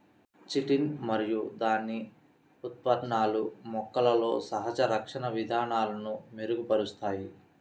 chitin మరియు దాని ఉత్పన్నాలు మొక్కలలో సహజ రక్షణ విధానాలను మెరుగుపరుస్తాయి